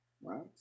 Right